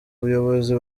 bayobozi